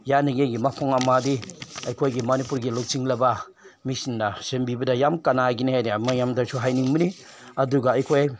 ꯌꯥꯅꯤꯡꯉꯥꯏꯒꯤ ꯃꯐꯝ ꯑꯃꯗꯤ ꯑꯩꯈꯣꯏꯒꯤ ꯃꯅꯤꯄꯨꯔꯒꯤ ꯂꯨꯆꯤꯡꯂꯕ ꯃꯤꯁꯤꯡꯅ ꯁꯦꯝꯕꯤꯕꯗ ꯌꯥꯝ ꯀꯥꯟꯅꯒꯅꯤ ꯍꯥꯏꯗꯤ ꯑꯃꯔꯣꯝꯗꯁꯨ ꯍꯥꯏꯅꯤꯡꯕꯅꯤ ꯑꯗꯨꯒ ꯑꯩꯈꯣꯏ